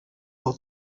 aho